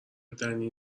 دنی